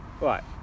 right